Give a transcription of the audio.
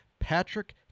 Patrick